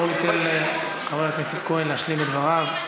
בואו ניתן לחבר הכנסת כהן להשלים את דבריו.